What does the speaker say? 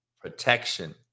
protection